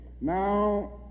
Now